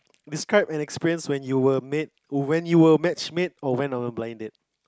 describe and experience when you were made or when you were match mate or when on a blind date